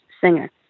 singer